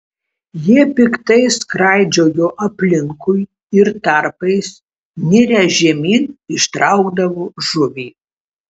jie piktai skraidžiojo aplinkui ir tarpais nirę žemyn ištraukdavo žuvį